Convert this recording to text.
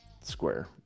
square